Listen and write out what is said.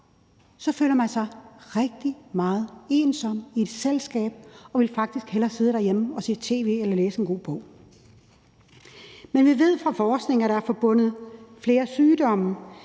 Så føler man sig rigtig ensom i et selskab og vil faktisk hellere sidde derhjemme og se tv eller læse en god bog. Vi ved fra forskning, at der er flere sygdomme